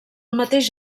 mateix